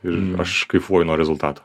ir aš kaifuoju nuo rezultatų